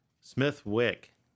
Smithwick